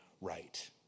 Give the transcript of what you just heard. right